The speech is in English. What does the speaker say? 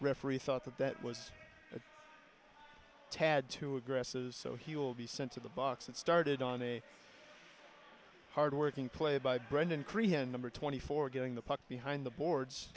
that that was a tad too aggressive so he will be sent to the box and started on a hard working play by brendan korean number twenty four getting the puck behind the boards